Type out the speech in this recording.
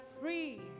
free